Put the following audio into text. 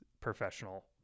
professional